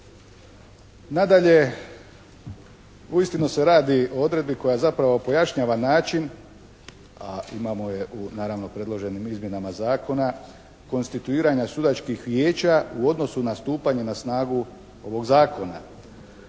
Nadalje, uistinu se radi o odredbi koja zapravo pojašnjava način a imamo je u naravno predloženim izmjenama zakona, konstituiranja sudačkih vijeća u odnosu na stupanje na snagu ovog zakona.